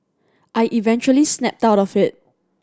I eventually snapped out of it